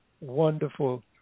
wonderful